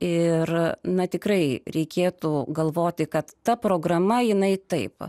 ir na tikrai reikėtų galvoti kad ta programa jinai taip